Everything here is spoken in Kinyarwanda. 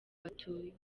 batuye